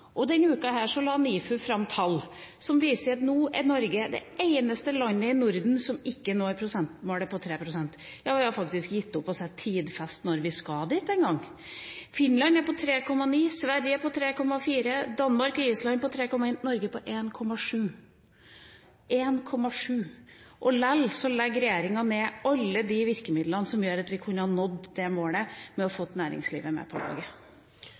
uka la NIFU fram tall som viser at Norge nå er det eneste landet i Norden som ikke når målet på 3 pst. Ja, vi har faktisk gitt opp å tidfeste når vi skal dit en gang. Finland er på 3,9 pst., Sverige på 3,4 pst., Danmark og Island på 3,1 pst. og Norge på 1,7 pst. – 1,7 pst.! Likevel legger regjeringa ned alle de virkemidlene som gjør at vi kunne nådd det målet ved å ha fått næringslivet med på laget.